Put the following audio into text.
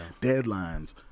deadlines